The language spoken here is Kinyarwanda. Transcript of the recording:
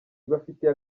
ibafitiye